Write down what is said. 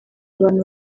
abantu